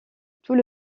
tout